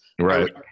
right